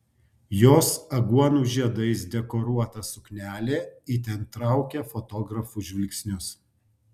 jos aguonų žiedais dekoruota suknelė itin traukė fotografų žvilgsnius